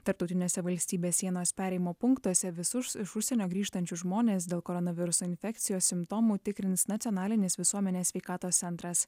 tarptautinėse valstybės sienos perėjimo punktuose visus iš užsienio grįžtančius žmones dėl koronaviruso infekcijos simptomų tikrins nacionalinis visuomenės sveikatos centras